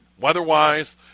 Weather-wise